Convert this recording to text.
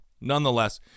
Nonetheless